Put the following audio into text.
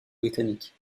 britanniques